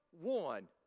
one